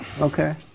Okay